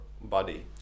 body